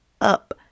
up